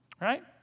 right